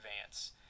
advance